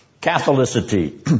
catholicity